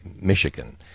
Michigan